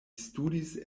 studis